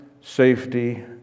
safety